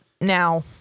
Now